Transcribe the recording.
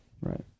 Right